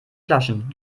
flaschen